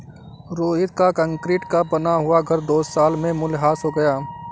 रोहित का कंक्रीट का बना हुआ घर दो साल में मूल्यह्रास हो गया